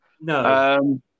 No